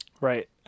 Right